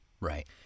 Right